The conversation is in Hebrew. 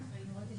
זה